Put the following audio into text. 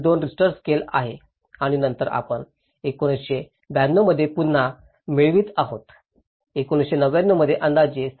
2 Richter scales आहे आणि नंतर आपण 1992 मध्ये पुन्हा मिळवित आहोत 1999 मध्ये अंदाजे 7